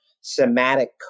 somatic